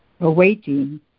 awaiting